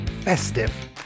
festive